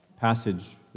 passage